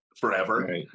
forever